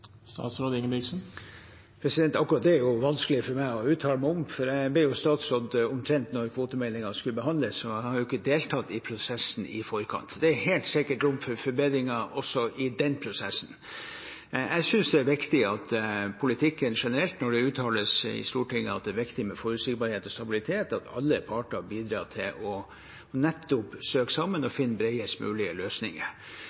statsråd omtrent da kvotemeldingen skulle behandles, så jeg har ikke deltatt i prosessen i forkant. Det var helt sikkert rom for forbedringer også i den prosessen. Jeg synes det er viktig i politikken generelt – når det uttales i Stortinget at det er viktig med forutsigbarhet og stabilitet – at alle parter bidrar til nettopp å søke sammen og